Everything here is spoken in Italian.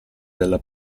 della